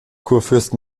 kurfürst